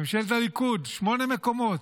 בממשלת הליכוד, שמונה מקומות.